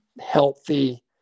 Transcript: healthy